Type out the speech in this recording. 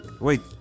Wait